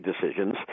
decisions